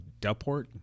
Delport